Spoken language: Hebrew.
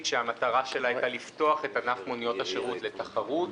שהמטרה שלה היתה לפתוח את ענף מוניות השירות לתחרות.